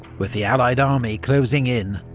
with the allied army closing in,